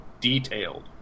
detailed